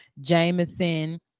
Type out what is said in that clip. Jameson